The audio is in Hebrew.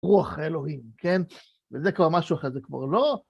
רוח אלוהים, כן? וזה כבר משהו אחר, זה כבר לא...